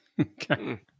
Okay